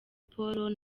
paul